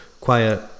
quiet